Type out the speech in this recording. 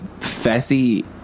Fessy